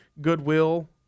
goodwill